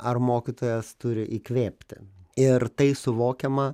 ar mokytojas turi įkvėpti ir tai suvokiama